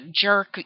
jerk